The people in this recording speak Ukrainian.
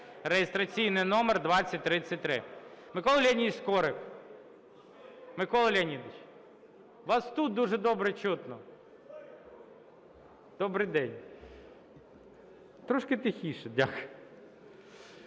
(реєстраційний номер 2030).